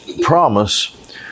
promise